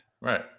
Right